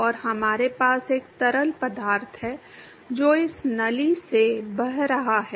और हमारे पास एक तरल पदार्थ है जो इस नली से बह रहा है